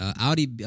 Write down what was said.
Audi